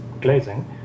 glazing